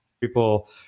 people